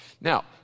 Now